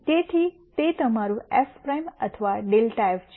તેથી તે તમારું એફ પ્રાઇમ અથવા ∇ એફ છે